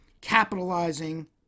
capitalizing